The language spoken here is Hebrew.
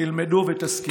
תלמדו ותשכילו.